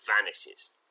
vanishes